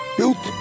Built